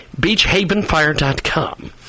Beachhavenfire.com